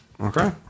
Okay